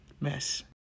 Mess